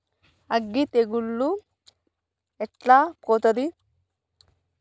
అగ్గి తెగులు ఎట్లా పోతది?